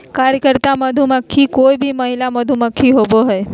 कार्यकर्ता मधुमक्खी कोय भी महिला मधुमक्खी होबो हइ